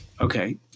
Okay